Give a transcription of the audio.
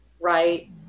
right